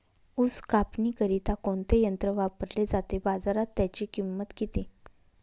ऊस कापणीकरिता कोणते यंत्र वापरले जाते? बाजारात त्याची किंमत किती?